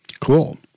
Cool